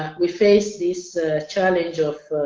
we face this challenge of